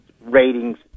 ratings